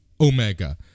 Omega